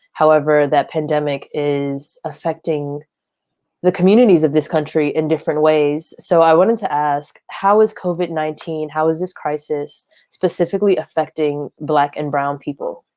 however, that pandemic is affecting the communities of this country in different ways. so i wanted to ask, how is covid nineteen, how is this crisis specifically affecting black and brown people?